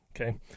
okay